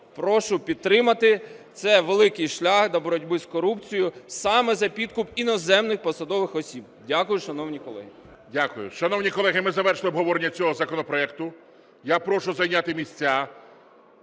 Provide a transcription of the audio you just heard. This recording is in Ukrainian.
прошу підтримати. Це великий шлях для боротьби з корупцією саме за підкуп іноземних посадових осіб. Дякую, шановні колеги. ГОЛОВУЮЧИЙ. Дякую. Шановні колеги, ми завершили обговорення цього законопроекту. Я прошу зайняти місця.